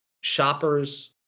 shoppers